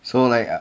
so like